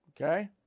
okay